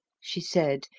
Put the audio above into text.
she said,